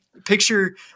picture